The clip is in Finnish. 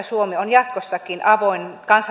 suomi on jatkossakin avoin